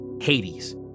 Hades